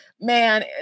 man